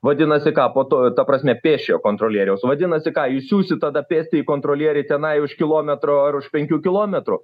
vadinasi ką po to ta prasme pėsčiojo kontrolieriaus vadinasi ką jūs siųsit tada pėstįjį kontrolierį tenai už kilometro ar už penkių kilometrų